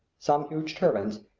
some huge turbans,